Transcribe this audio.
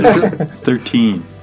Thirteen